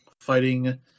fighting